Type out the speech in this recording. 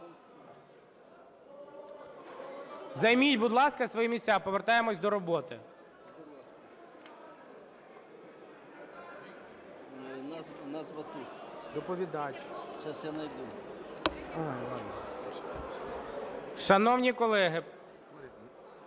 Займіть, будь ласка, свої місця, повертаємось до роботи. Шановні колеги,